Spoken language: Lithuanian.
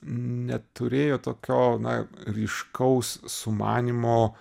neturėjo tokio na ryškaus sumanymo